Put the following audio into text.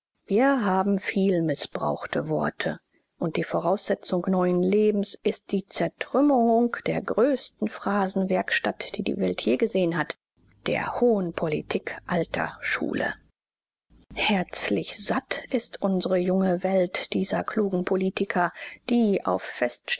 wir haben viel mißbrauchte worte und die voraussetzung neuen lebens ist die zertrümmerung der größten phrasenwerkstatt die die welt jemals gesehen der hohen politik alter schule herzlich satt ist unsere junge welt dieser klugen politiker die auf